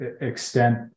extent